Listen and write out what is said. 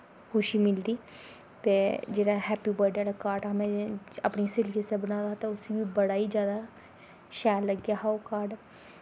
खुशी मिलदी ते जेह्ड़ा हैप्पी बर्थडे आह्ला कार्ड़ हा में इ'यां अपनियै स्हेलियै आस्तै बनाए दा हा ते उस्सी बी बड़ा गै जादा शैल लग्गेआ हा ओह् काड़